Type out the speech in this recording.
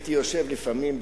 הייתי יושב לפעמים,